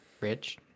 Rich